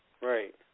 Right